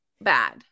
bad